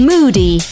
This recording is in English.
Moody